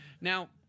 Now